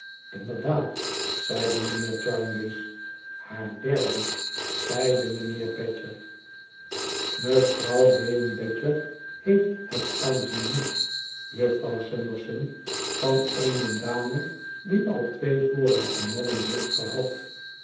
inderdaad zeide mijnheer jarndyce haar derde zeide mijnheer badger mevrouw bayham badger heeft het aanzien niet jufvrouw summerson van eene dame die al twee vorige mannen heeft gehad